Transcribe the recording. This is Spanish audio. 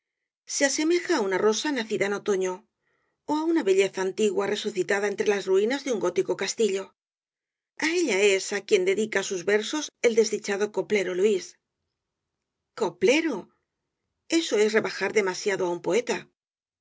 se asemeja á una rosa nacida en otoño ó á una belleza antigua resucitada entre las ruinas de un gótico castillo a ella es á quien dedica sus versos el desdichado coplero luis coplero eso es rebajar demasiado á un poeta